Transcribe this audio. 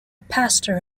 pastor